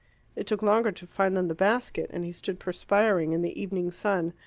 it took longer to find than the basket, and he stood perspiring in the evening sun,